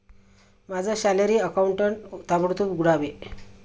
माझं salary account ताबडतोब उघडावे